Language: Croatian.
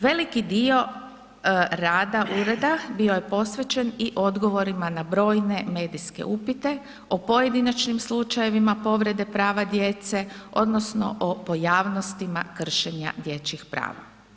Veliki dio rada ureda bio je posvećen i odgovorima na brojne medijske upite o pojedinačnim slučajevima povrede prava djece odnosno o pojavnostima kršenja dječjih prava.